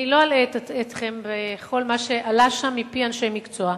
אני לא אלאה אתכם בכל מה שעלה שם מפי אנשי מקצוע.